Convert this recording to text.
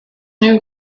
new